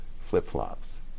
flip-flops